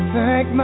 Thank